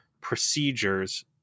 procedures